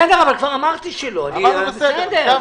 בסדר, כבר אמרנו את זה.